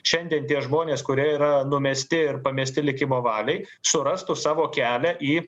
šiandien tie žmonės kurie yra numesti ir pamesti likimo valiai surastų savo kelią į